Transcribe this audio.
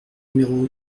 numéro